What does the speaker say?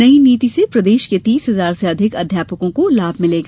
नई नीति से प्रदेश के तीस हजार से अधिक अध्यापकों को लाभ मिलेगा